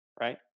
Right